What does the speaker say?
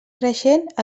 creixent